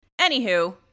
Anywho